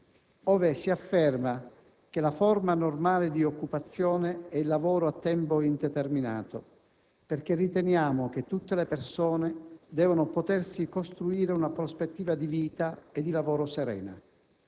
ove si afferma che "la forma normale di occupazione è il lavoro a tempo indeterminato, perché riteniamo che tutte le persone devono potersi costruire una prospettiva di vita e di lavoro serena.